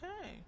Okay